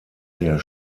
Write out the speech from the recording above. der